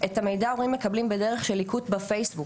את המידע ההורים מקבלים בדרך של ליקוט בפייסבוק,